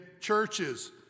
churches